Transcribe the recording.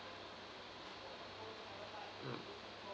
mm